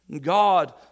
God